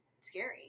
scary